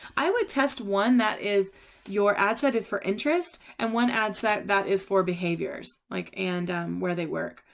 i would test one that is your ad set is for interests and one. ad set that is for behaviors like and where they work.